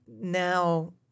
now